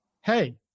Hey